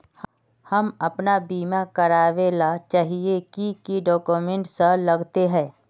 हम अपन बीमा करावेल चाहिए की की डक्यूमेंट्स लगते है?